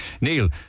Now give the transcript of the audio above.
Neil